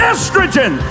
Estrogen